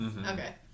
Okay